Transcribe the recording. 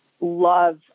love